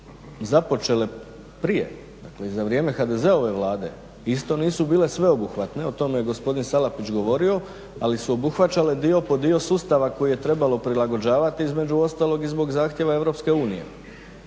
započele prije, dakle i za vrijeme HDZ-ove Vlade. Isto nisu bile sveobuhvatne, o tome je gospodin Salapić govorio, ali su obuhvaćale dio po dio sustava koji je trebalo prilagođavati između ostalog i zbog zahtjeva